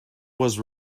was